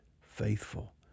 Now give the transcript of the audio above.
faithful